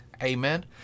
Amen